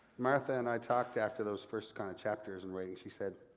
martha and i talked after those first kind of chapters in writing. she said,